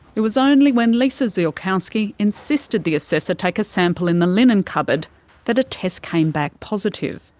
it was only when lisa ziolkowsi insisted the assessor take a sample in the linen cupboard that a test came back positive.